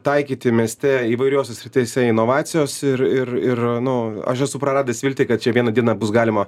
taikyti mieste įvairiose srityse inovacijos ir ir ir nu aš esu praradęs viltį kad čia vieną dieną bus galima